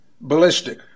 ballistic